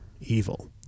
evil